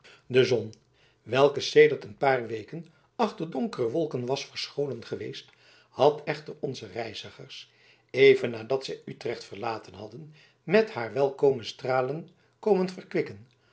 de zon welke sedert een paar weken achter donkere wolken was verscholen geweest had echter onze reizigers even nadat zij utrecht verlaten hadden met haar welkome stralen komen